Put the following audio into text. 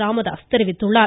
ராமதாஸ் தெரிவித்துள்ளார்